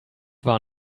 war